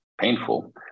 painful